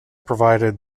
provided